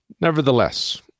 nevertheless